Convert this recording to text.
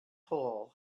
hole